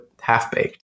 half-baked